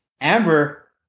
Amber